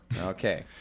Okay